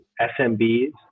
SMBs